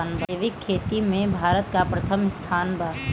जैविक खेती में भारत का प्रथम स्थान बा